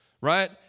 right